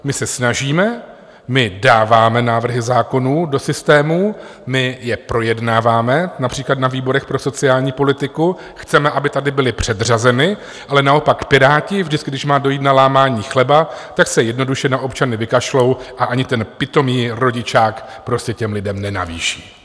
My se snažíme, my dáváme návrhy zákonů do systému, my je projednáváme, například na výboru pro sociální politiku, chceme, aby tady byly předřazeny, ale naopak Piráti, když má dojít na lámání chleba, se jednoduše na občany vykašlou a ani ten pitomý rodičák prostě těm lidem nenavýší.